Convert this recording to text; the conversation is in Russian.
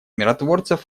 миротворцев